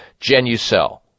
GenuCell